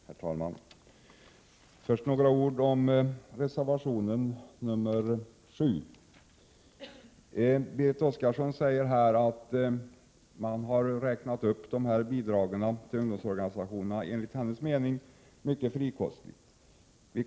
Herr talman! Först några ord om reservation 7. Berit Oscarsson säger här att man har räknat upp bidragen till ungdomsorganisationerna mycket frikostigt.